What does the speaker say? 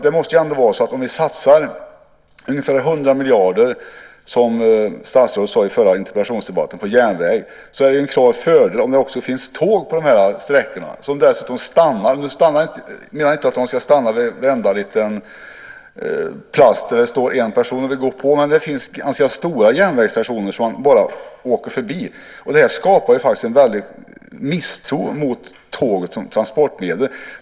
Om vi satsar ungefär 100 miljarder, som statsrådet sade i förra interpellationsdebatten, på järnväg är det en klar fördel om det också finns tåg på sträckorna, tåg som dessutom stannar. Jag menar inte att de ska stanna vid varenda liten plats där det står en person och vill gå på. Det finns stora järnvägsstationer som tågen bara åker förbi. Det skapar en misstro mot tåget som transportmedel.